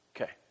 Okay